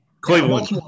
Cleveland